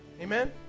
Amen